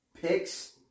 picks